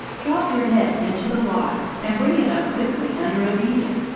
drop your net into the water and bring it up quickly under a beetle,